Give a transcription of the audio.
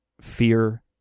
fear